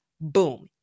Boom